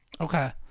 Okay